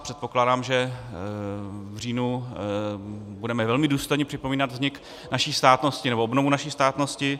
Předpokládám, že v říjnu budeme velmi důstojně připomínat vznik naší státnosti, nebo obnovu naší státnosti.